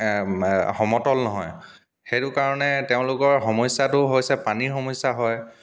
সমতল নহয় সেইটো কাৰণে তেওঁলোকৰ সমস্যাটো হৈছে পানীৰ সমস্যা হয়